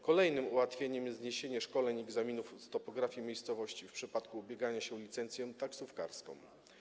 Kolejnym ułatwieniem jest zniesienie szkoleń i egzaminów z topografii miejscowości w przypadku ubiegania się o licencję taksówkarską.